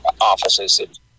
offices